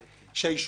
לצערי, שהישובים,